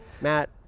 Matt